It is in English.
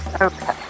okay